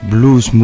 Blues